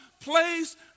place